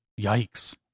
Yikes